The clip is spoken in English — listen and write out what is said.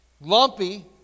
Lumpy